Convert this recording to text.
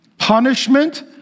punishment